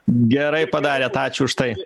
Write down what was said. gerai padarėt ačiū už tai